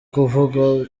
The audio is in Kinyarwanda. kuvuga